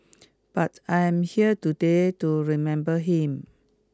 but I'm here today to remember him